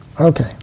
Okay